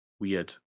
weird